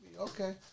okay